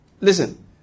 Listen